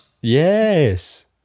Yes